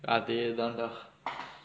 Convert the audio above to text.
அதேதான்டா:athaethaandaa